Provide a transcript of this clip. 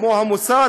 כמו: "המוסד,